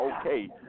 okay